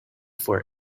for